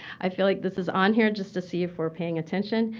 i feel like this is on here just to see if we're paying attention.